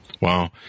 Wow